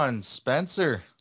spencer